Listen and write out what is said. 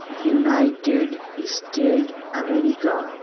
united state America